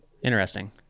Interesting